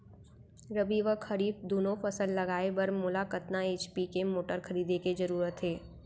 रबि व खरीफ दुनो फसल लगाए बर मोला कतना एच.पी के मोटर खरीदे के जरूरत हे?